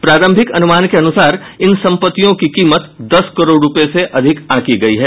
प्रारंभिक अनुमान के अनुसार इन संपत्तियों की कीमत दस करोड़ रूपये से अधिक आंकी गयी है